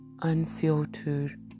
unfiltered